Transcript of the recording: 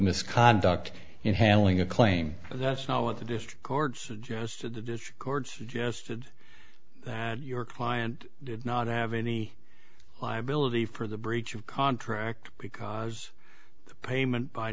misconduct in handling a claim that's not what the district courts just the courts suggested that your client did not have any liability for the breach of contract because the payment by